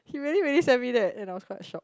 he really really send me that and I was quite shock